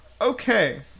Okay